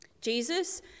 Jesus